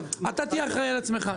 אתה תהיה אחראי על עצמך.